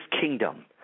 kingdom